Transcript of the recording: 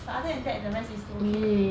but other than that the rest is still okay